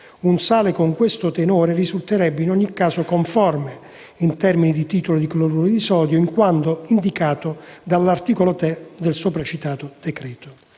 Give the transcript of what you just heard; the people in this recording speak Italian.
un sale con questo tenore risulterebbe in ogni caso conforme, in termini di titolo di cloruro di sodio, a quanto indicato all'articolo 3 del sopracitato decreto.